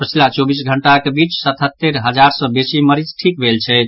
पछिला चौबीस घंटाक बीच सतहत्तरि हजार सँ बेसी मरीज ठीक भेल छथि